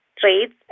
traits